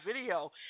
video